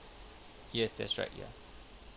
yes that's right ya